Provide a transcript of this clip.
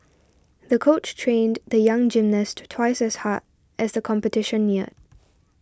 the coach trained the young gymnast twice as hard as the competition neared